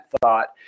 thought